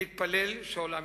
נתפלל שהעולם ישתנה,